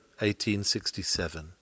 1867